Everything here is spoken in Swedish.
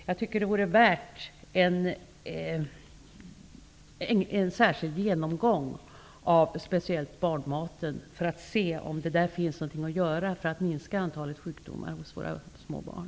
Jag tycker det vore värt att göra en särskild genomgång av speciellt barnmaten för att se om det där finns något att göra för att minska antalet sjukdomar hos våra små barn.